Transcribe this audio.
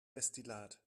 destillat